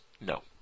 no